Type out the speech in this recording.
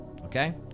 okay